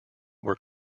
were